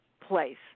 place